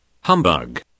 Humbug